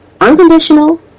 unconditional